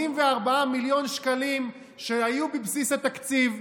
84 מיליון שקלים שהיו בבסיס התקציב,